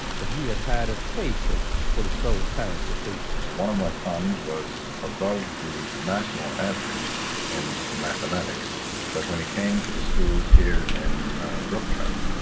but he had had a taste of what his fellow parents were facing one of my sons was above the national average in mathematics. but when it came to the schools here in brooklyn,